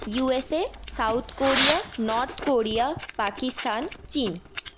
USA South Korea North Korea Pakistan চীন